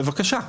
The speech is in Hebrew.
בבקשה.